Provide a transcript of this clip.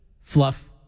fluff